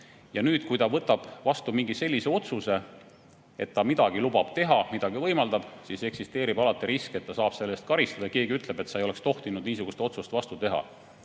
Ja kui ametnik võtab vastu mingi otsuse, et ta midagi lubab teha, midagi võimaldab, siis eksisteerib alati risk, et ta saab selle eest karistada. Keegi ütleb, et sa ei oleks tohtinud niisugust otsust teha.